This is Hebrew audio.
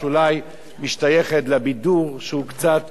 שהוא בעיני קצת זול ולא רציני.